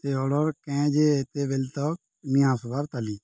ସେ ଅର୍ଡ଼ର କେଁ ଯେ ଏତେ ବେଲ ତ ନିି ଆସିବାର ତାଲି